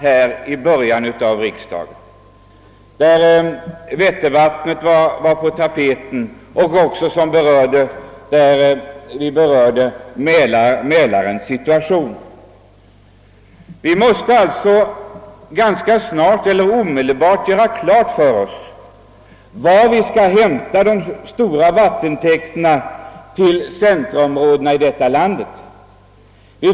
Den avsåg närmast vätternvattnet men i mitt tack för svaret berörde jag också situationen i Mälaren. Vi måste omedelbart göra klart för oss var vi skall hämta de stora vattentäkterna till landets centrumområden.